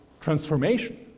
transformation